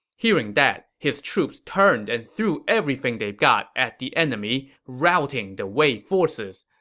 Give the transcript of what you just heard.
hearing that, his troops turned and threw everything they've got at the enemy, routing the wei forces.